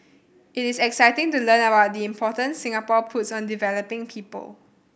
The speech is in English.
it is exciting to learn about the importance Singapore puts on developing people